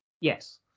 Yes